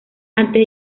antes